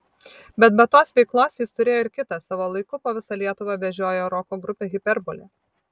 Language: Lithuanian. bet be tos veiklos jis turėjo ir kitą savo laiku po visą lietuvą vežiojo roko grupę hiperbolė